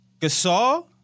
Gasol